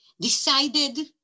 decided